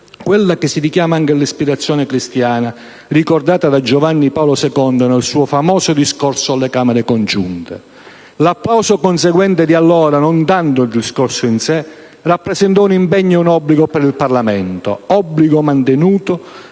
quella che si richiama all'ispirazione cristiana, ricordata da Giovanni Paolo II nel suo famoso discorso alle Camere congiunte. L'applauso conseguente di allora, non tanto il discorso in sé, rappresentò un impegno e un obbligo per il Parlamento; obbligo mantenuto